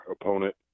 opponent